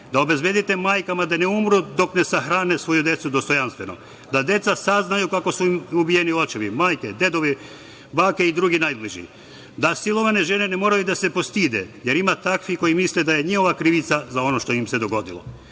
da obezbedite majkama da ne umru dok ne sahranu svoju decu dostojanstveno, da deca saznaju kako su im ubijeni očevi, majke, dedovi, bake i drugi najbliži, da silovane žene ne moraju da se postide, jer ima takvih koje misle da je njihova krivica za ono što im se dogodilo.